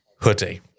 hoodie